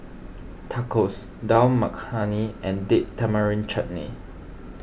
Tacos Dal Makhani and Date Tamarind Chutney